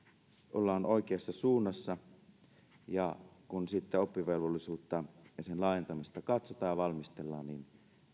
ollaan oikeassa suunnassa ja kun sitten oppivelvollisuutta ja sen laajentamista katsotaan ja valmistellaan niin